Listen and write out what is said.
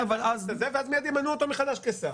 ואז מייד ימנו אותו מחדש כשר.